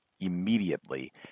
immediately